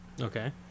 Okay